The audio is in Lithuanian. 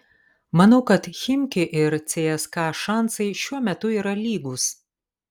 manau kad chimki ir cska šansai šiuo metu yra lygūs